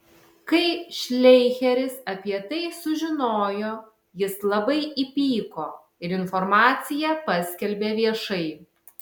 kai šleicheris apie tai sužinojo jis labai įpyko ir informaciją paskelbė viešai